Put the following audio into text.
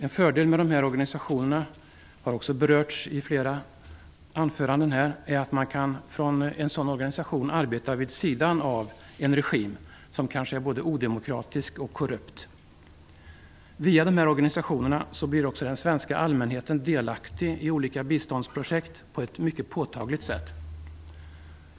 En fördel med dessa organisationer är att de kan arbeta vid sidan av en regim som kanske är både odemokratisk och korrupt. Via dessa organisationer blir också den svenska allmänheten delaktig i olika biståndsprojekt på ett påtagligt sätt.